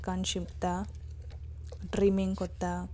उदकान शिंपता ट्रीमिंग करता